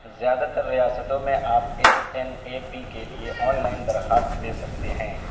زیادہ تر ریاستوں میں آپ ایس این اے پی کے لیے آن لائن درخواست دے سکتے ہیں